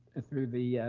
ah through the